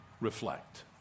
reflect